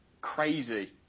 crazy